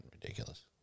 ridiculous